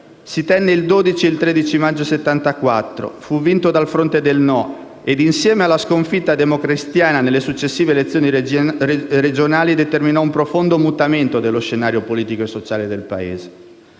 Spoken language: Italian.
si tenne il 12 e il 13 maggio 1974. Fu vinto dal fronte del «No» e, insieme alla sconfitta democristiana nelle successive elezioni regionali, determinò un profondo mutamento dello scenario politico e sociale nel Paese.